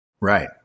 Right